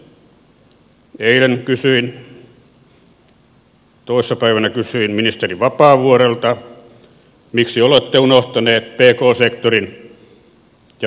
toissa päivänä kysyin ministeri vapaavuorelta miksi olette unohtaneet pk sektorin ja varsinkin pienyrittäjät